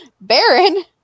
Baron